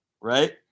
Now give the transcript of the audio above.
right